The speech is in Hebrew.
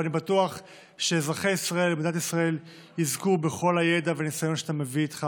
ואני בטוח שאזרחי מדינת ישראל יזכו בכל הידע והניסיון שאתה מביא איתך